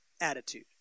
attitude